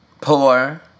poor